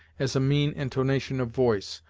as a mean intonation of voice,